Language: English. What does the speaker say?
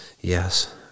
...yes